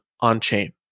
on-chain